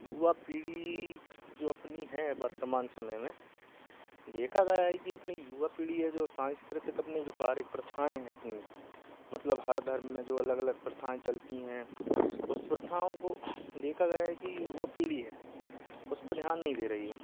युवा पीढ़ी जो अपनी हैं वर्तमान समय में देखा गया है कि अपनी युवा पीढ़ी है जो सांस्कृतिक अपनी जो कार्य प्रथाएं हैं अपनी मतलब हर धर्म में जो अलग अलग प्रथाएं चलती हैं उस प्रथाओं को देखा गया है कि युवा पीढ़ी है उसपर ध्यान नहीं दे रही है